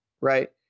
right